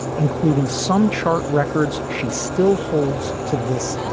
including some chart records she still holds to this